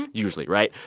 usually, right?